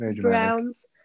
browns